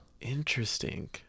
Interesting